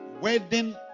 wedding